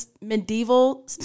medieval